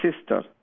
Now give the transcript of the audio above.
sister